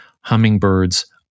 hummingbirds